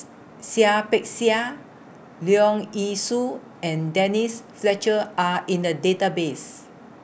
Seah Peck Seah Leong Yee Soo and Denise Fletcher Are in The Database